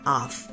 off